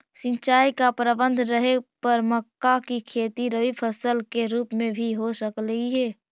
सिंचाई का प्रबंध रहे पर मक्का की खेती रबी फसल के रूप में भी हो सकलई हे